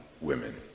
women